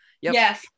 yes